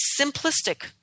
simplistic